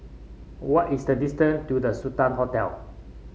what is the distance to The Sultan Hotel